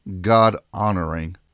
God-honoring